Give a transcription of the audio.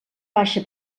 baixa